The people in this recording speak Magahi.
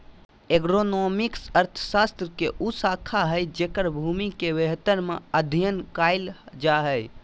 एग्रोनॉमिक्स अर्थशास्त्र के उ शाखा हइ जेकर भूमि के बेहतर अध्यन कायल जा हइ